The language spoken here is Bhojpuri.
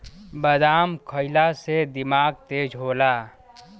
बादाम खइला से दिमाग तेज होला